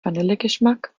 vanillegeschmack